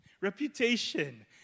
Reputation